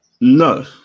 No